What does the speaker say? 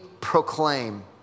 proclaim